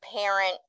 parent